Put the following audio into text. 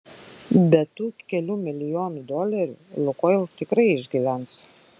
be tų kelių milijonų dolerių lukoil tikrai išgyvens